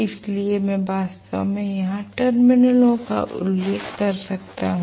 इसलिए मैं वास्तव में यहां टर्मिनलों का उल्लेख कर सकता हूं